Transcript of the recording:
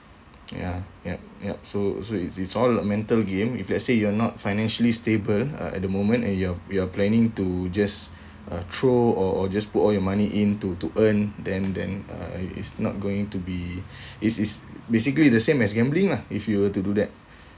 ya yup yup so so it's it's all mental game if let's say you are not financially stable uh at the moment and you're you're planning to just uh throw or or just put all your money in to to earn then then uh is not going to be is is basically the same as gambling lah if you were to do that